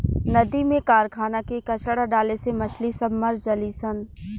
नदी में कारखाना के कचड़ा डाले से मछली सब मर जली सन